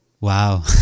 Wow